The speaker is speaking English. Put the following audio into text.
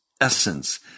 essence